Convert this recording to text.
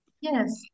Yes